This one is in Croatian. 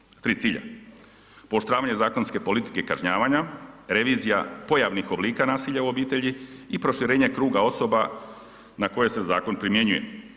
Imali smo tri cilja, pooštravanje zakonske politike kažnjavanja, revizija pojavnih oblika nasilja u obitelji i proširenje kruga osoba na koje se zakon primjenjuje.